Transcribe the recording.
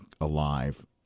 alive